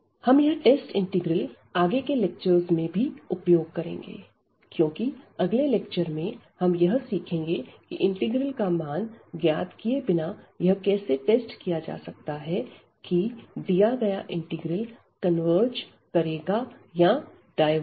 हम यह test integral आगे के लेक्चरर्स में भी उपयोग करेंगे क्योंकि अगले लेक्चर में हम यह सीखेंगे की इंटीग्रल का मान ज्ञात किए बिना यह कैसे टेस्ट किया जा सकता है की दिया इंटीग्रल कन्वर्ज करेगा या डायवर्ज